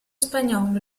spagnolo